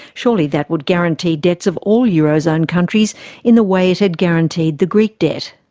surely that would guarantee debts of all euro zone countries in the way it had guaranteed the greek debt.